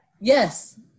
Yes